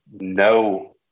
no